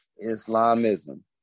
Islamism